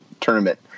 tournament